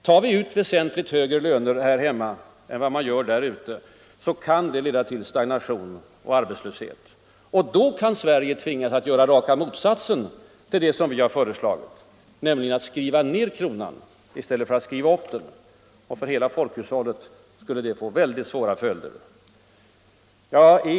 Tar vi ut väsentligt högre löner här hemma än vad man gör i omvärlden kan det leda till stagnation och arbetslöshet. Därmed kan Sverige tvingas göra raka motsatsen till vad vi har föreslagit, nämligen att skriva ner kronan i stället för att skriva upp den. Det skulle få väldigt svåra följder för folkhushållet.